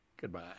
Goodbye